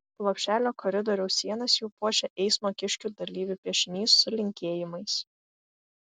lopšelio koridoriaus sienas jau puošia eismo kiškių dalyvių piešinys su linkėjimais